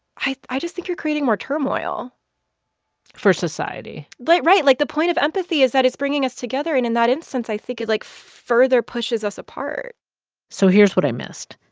i i just think you're creating more turmoil for society right. like, the point of empathy is that it's bringing us together. and in that instance, i think it, like, further pushes us apart so here's what i missed.